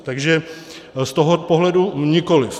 Takže z toho pohledu nikoliv.